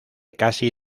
casi